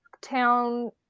town